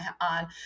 on